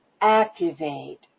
activate